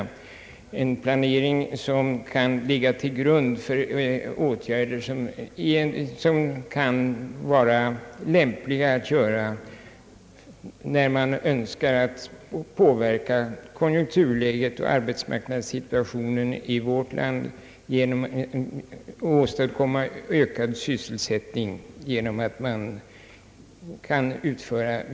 Denna planering bör ligga till grund för åtgärder som kan vara lämpliga att vidta när man önskar påverka konjunkturläget och arbetsmarknadssituationen i vårt land.